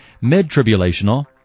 Mid-tribulational